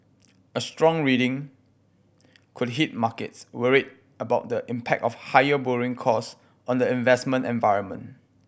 a strong reading could hit markets worried about the impact of higher borrowing cost on the investment environment